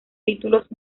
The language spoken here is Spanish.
títulos